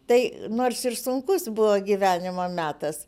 tai nors ir sunkus buvo gyvenimo metas